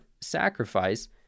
sacrifice